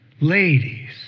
ladies